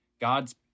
God's